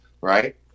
right